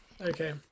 Okay